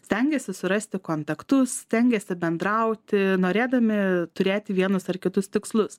stengiasi surasti kontaktus stengiasi bendrauti norėdami turėti vienus ar kitus tikslus